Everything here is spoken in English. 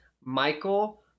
Michael